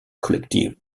collective